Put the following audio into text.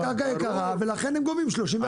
הקרקע יקרה ולכן הם גובים 30 ו-40 שקל לשעה.